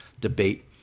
debate